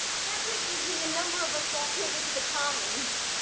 saturday evening, a number of us walked over to the commons.